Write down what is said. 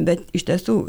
bet iš tiesų